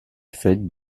fait